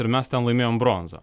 ir mes ten laimėjom bronzą